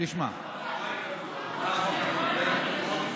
יושב-ראש ועדת הכספים.